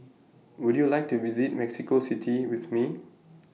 Would YOU like to visit Mexico City with Me